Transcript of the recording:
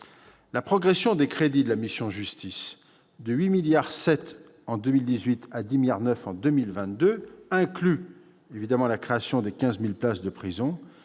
La progression des crédits de la mission « Justice » de 8,7 milliards d'euros en 2018 à 10,9 milliards en 2022 inclut la création de 15 000 places de prison,